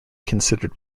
considered